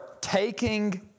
taking